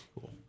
Cool